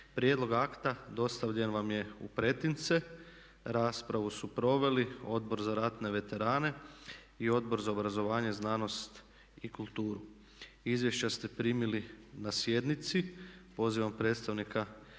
Prijedlog akta dostavljen vam je u pretince. Raspravu su proveli Odbor za ratne veterane i Odbor za obrazovanje, znanost i kulturu. Izvješća ste primili na sjednici. Pozivam predstavnika